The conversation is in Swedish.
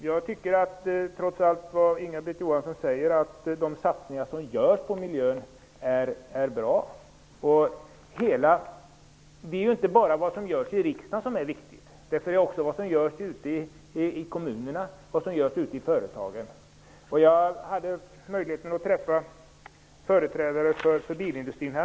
Jag tycker trots det som Inga-Britt Johansson säger att de satsningar som görs på miljön är bra. Det är inte bara vad som görs i riksdagen som är viktigt, utan det gäller också vad som görs ute i kommunerna och i företagen. Jag hade häromdagen möjlighet att träffa företrädare för bilindustrin.